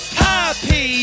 happy